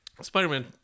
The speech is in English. spider-man